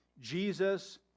Jesus